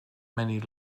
many